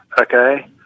okay